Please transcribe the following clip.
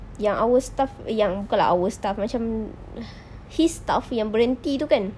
yang our staff yang bukan lah our staff macam his staff yang berhenti itu kan